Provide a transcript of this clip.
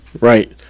right